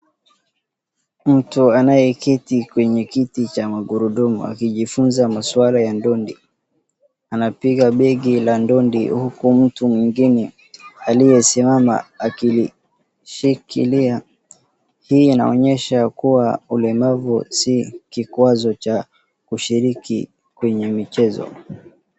Mtu anayeketi kwenye kiti cha magurudumu akijifunza maswala ya ndondi. Anapiga begi la ndondi huku mtu mwingine aliyesimama akilishikilia. Hii inaonyesha kuwa ulemavu si kikwazo cha kushiriki kwenye michezo.